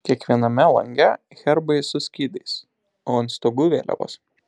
kiekviename lange herbai su skydais o ant stogų vėliavos